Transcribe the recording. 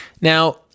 Now